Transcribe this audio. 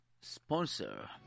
sponsor